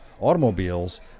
automobiles